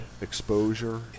exposure